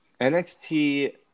nxt